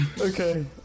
Okay